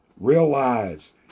realize